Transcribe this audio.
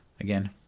again